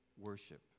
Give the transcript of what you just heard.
worship